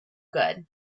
good